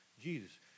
Jesus